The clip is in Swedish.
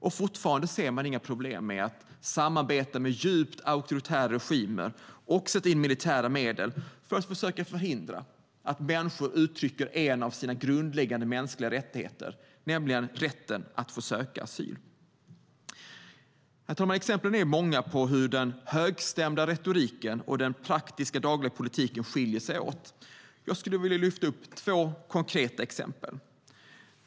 Och fortfarande ser man inga problem med att samarbeta med djupt auktoritära regimer och att sätta in militära medel för att försöka förhindra att människor uttrycker en av sina grundläggande mänskliga rättigheter, nämligen rätten att få söka asyl. Herr talman! Exemplen är många på hur den högstämda retoriken och den praktiska dagliga politiken skiljer sig åt. Jag skulle vilja lyfta upp två konkreta exempel.